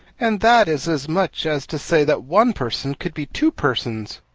and that is as much as to say that one person could be two persons?